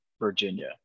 Virginia